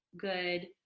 good